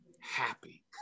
happy